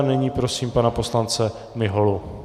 Nyní prosím pana poslance Miholu.